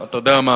טוב, אתה יודע מה?